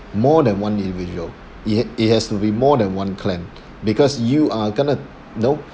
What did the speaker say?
more than one individual it h~ it has to be more than one clan because you are going to you know